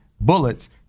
Bullets